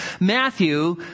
Matthew